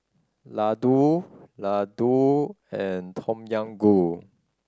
Ladoo Ladoo and Tom Yam Goong